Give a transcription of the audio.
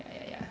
ya ya ya